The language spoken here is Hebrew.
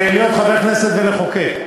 להיות חבר כנסת ולחוקק.